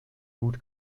gut